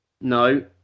No